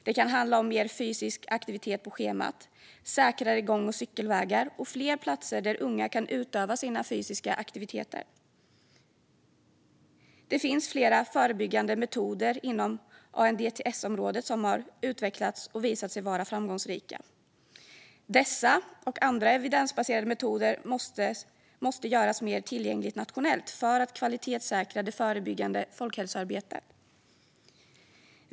Det kan handla om mer fysisk aktivitet på schemat, säkrare gång och cykelvägar och fler platser där unga kan utöva sina fysiska aktiviteter. Det finns flera förebyggande metoder inom ANDTS-området som har utvecklats och visat sig vara framgångsrika. Dessa och andra evidensbaserade metoder måste göras mer tillgängliga nationellt för att det förebyggande folkhälsoarbetet ska kunna kvalitetssäkras.